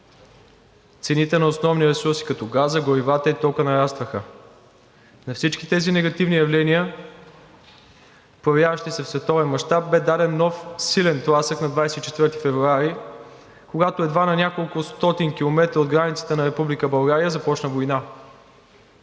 Цените на основни ресурси като газа, горивата и тока нарастваха. На всички тези негативни явления, проявяващи се в световен мащаб, бе даден нов силен тласък на 24 февруари, когато едва на няколкостотин километра от границите на Република